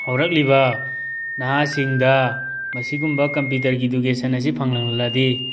ꯍꯧꯔꯛꯂꯤꯕ ꯅꯍꯥꯁꯤꯡꯗ ꯃꯁꯤꯒꯨꯝꯕ ꯀꯝꯄ꯭ꯌꯨꯇꯔ ꯏꯗꯨꯀꯦꯁꯟ ꯑꯁꯤ ꯐꯪꯍꯜꯂꯗꯤ